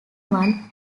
one